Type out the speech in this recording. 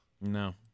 No